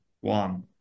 one